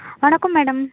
வணக்கம் மேடம்